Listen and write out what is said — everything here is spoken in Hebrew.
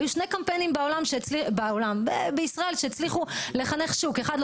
היו שני קמפיינים בישראל שהצליחו לחנך שוק אחד,